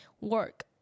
work